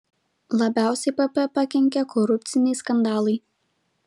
labiausiai pp pakenkė korupciniai skandalai